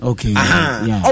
Okay